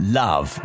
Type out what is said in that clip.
love